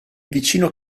vicino